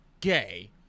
gay